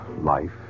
life